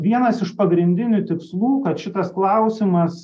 vienas iš pagrindinių tikslų kad šitas klausimas